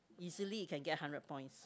easily can get hundred points